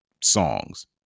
songs